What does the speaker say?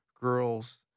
girls